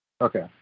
Okay